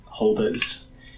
holders